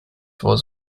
was